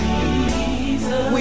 Jesus